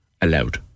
allowed